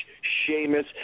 Sheamus